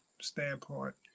standpoint